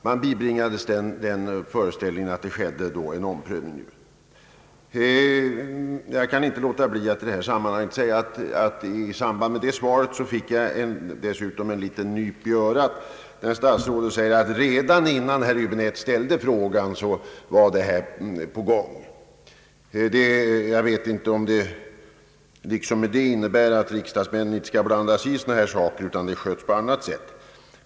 Jag kan inte underlåta att i detta sammanhang framhålla att jag i samband med det förra svaret fick ett litet nyp i örat. Det var när statsrådet förklarade att redan innan jag ställt min fråga var den här omprövningen på väg. Jag vet inte om detta innebär en antydan om att riksdagsmän inte skall blanda sig i sådana här angelägenheter därför att de sköts på annat sätt.